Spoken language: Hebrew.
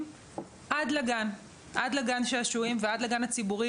עד לגן השעשועים ועד לגן הציבורי.